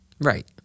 Right